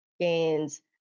gains